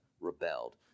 rebelled